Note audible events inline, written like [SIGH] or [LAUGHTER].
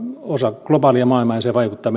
osa globaalia maailmaa ja se vaikuttaa [UNINTELLIGIBLE]